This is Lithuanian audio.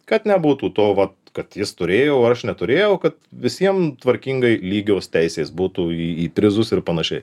kad nebūtų to vat kad jis turėjo o aš neturėjau kad visiem tvarkingai lygios teisės būtų į į prizus ir panašiai